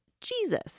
Jesus